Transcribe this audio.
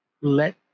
let